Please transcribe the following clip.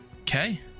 Okay